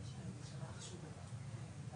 וזה מספיק חשוב כדי שאנחנו נתייחס לנושא בצורה רצינית.